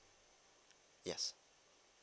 yes